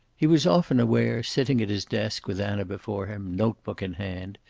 he was often aware, sitting at his desk, with anna before him, notebook in hand,